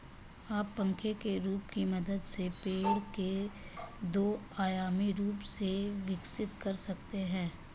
आप पंखे के रूप की मदद से पेड़ को दो आयामी रूप से विकसित कर सकते हैं